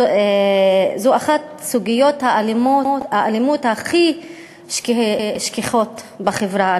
זו אחת מסוגיות האלימות הכי שכיחות בחברה,